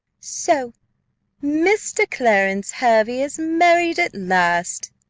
so mr. clarence hervey is married at last!